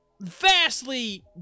vastly